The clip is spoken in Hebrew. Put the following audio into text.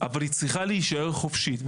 אבל היא צריכה להישאר חופשית.